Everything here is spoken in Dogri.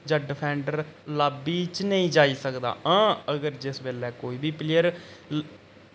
जां डिफेंडर लाब्बी च नेईं जाई सकदा हां अगर जिस बेल्लै कोई बी प्लेयर